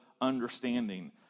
understanding